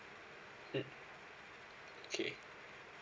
mm okay